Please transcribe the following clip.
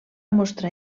mostrar